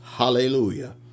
hallelujah